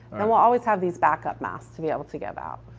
and will always have these backup masks to be able to give out.